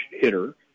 hitter